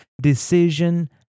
decision